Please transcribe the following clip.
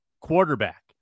quarterback